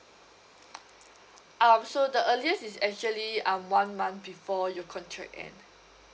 um so the earliest is actually uh one month before your contract end